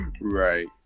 Right